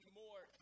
more